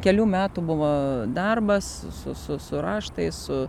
kelių metų buvo darbas su su su raštais su